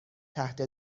تحت